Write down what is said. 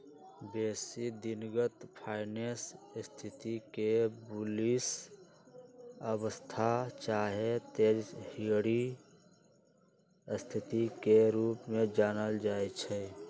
बेशी दिनगत फाइनेंस स्थिति के बुलिश अवस्था चाहे तेजड़िया स्थिति के रूप में जानल जाइ छइ